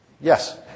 Yes